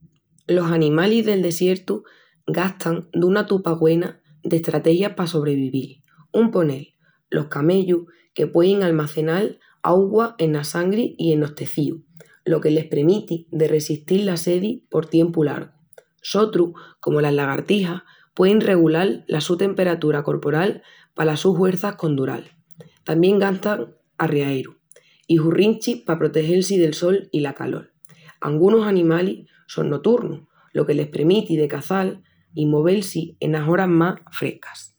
Los animalis del desiertu gastan duna tupa güena d'estrategias pa sobrevivil. Un ponel, los camellus, que puein almacenal augua ena sangri i enos tecíus, lo que les premiti de ressestil la sedi por tiempu largu. Sotrus, comu las lagartijas, puein regulal la su temperatura corporal palas sus huerças condural. Tamién gastan arriaerus i hurrinchis pa protegel-si del sol i la calol. Angunus animalis son noturnus, lo que les premiti de caçal i movel-si enas oras más frescas.